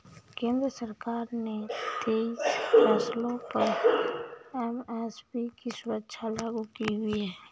केंद्र सरकार ने तेईस फसलों पर एम.एस.पी की सुविधा लागू की हुई है